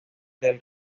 del